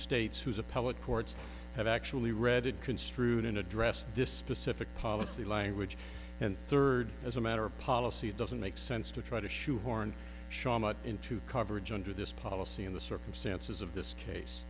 states whose appellate courts have actually read it construed in address this specific policy language and third as a matter of policy it doesn't make sense to try to shoehorn shawmut into coverage under this policy in the circumstances of this case